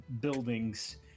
buildings